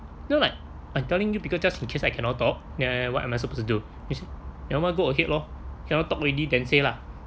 no like I telling you because just in case I cannot talk now then what am I supposed to do he say never mind go ahead lor cannot talk already then say lah